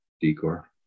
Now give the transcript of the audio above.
decor